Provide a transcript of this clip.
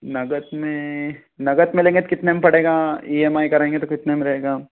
नक़त में नक़त में लेंगे तो कितने का पड़ेगा इ एम आई कराएँगे तो कितने में रहेगा